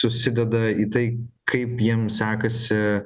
susideda į tai kaip jiem sekasi